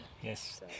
Yes